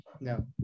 no